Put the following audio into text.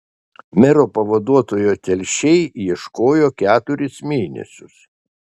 mero pavaduotojo telšiai ieškojo keturis mėnesius